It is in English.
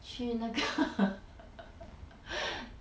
去那个